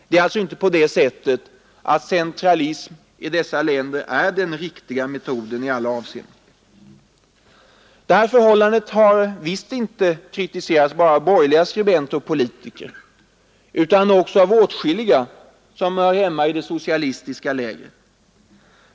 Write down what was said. Centralism är alltså i dessa länder inte i alla avseenden den riktiga metoden. Detta förhållande har kritiserats visst inte bara av borgerliga skribenter och politiker, utan också av åtskilliga som hör hemma i det socialistiska lägret.